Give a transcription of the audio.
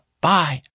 Bye